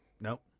Nope